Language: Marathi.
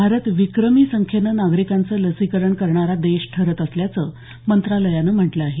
भारत विक्रमी संख्येनं नागरिकांचं लसीकरण करणारा देश ठरत असल्याचं मंत्रालयानं म्हटलं आहे